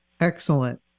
Excellent